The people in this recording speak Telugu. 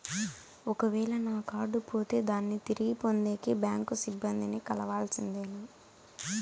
ఒక వేల నా కార్డు పోతే దాన్ని తిరిగి పొందేకి, బ్యాంకు సిబ్బంది ని కలవాల్సిందేనా?